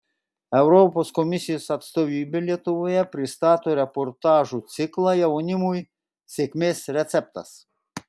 europos komisijos atstovybė lietuvoje pristato reportažų ciklą jaunimui sėkmės receptas